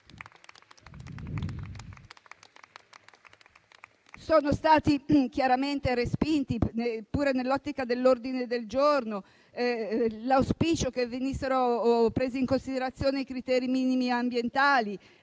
Sono state chiaramente respinte anche le misure contenute negli ordini del giorno: l'auspicio che venissero presi in considerazione i criteri minimi ambientali,